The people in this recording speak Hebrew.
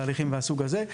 תהליכים מהסוג הזה,